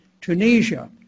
Tunisia